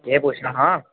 केह् पुच्छना हा